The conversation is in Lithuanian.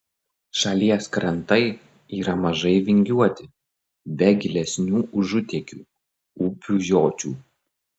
šalies krantai yra mažai vingiuoti be gilesnių užutėkių upių žiočių